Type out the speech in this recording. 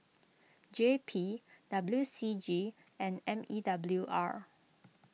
J P W C G and M E W R